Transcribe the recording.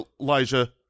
elijah